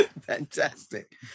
Fantastic